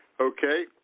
Okay